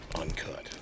Uncut